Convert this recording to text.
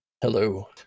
Hello